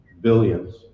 billions